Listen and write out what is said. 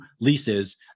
leases